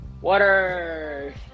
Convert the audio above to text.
Water